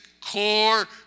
Core